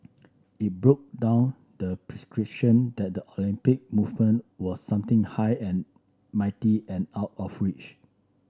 it broke down the that the Olympic movement were something high and mighty and out of reach